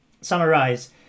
summarize